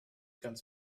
ganz